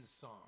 song